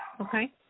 Okay